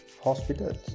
hospitals